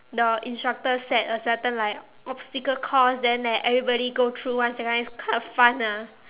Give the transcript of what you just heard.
the instructor set a certain like obstacle course then everybody go through once that kind it's quite fun ah